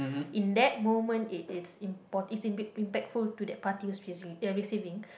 in that moment it it's it's impactful to that party uh receiving